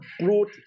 brought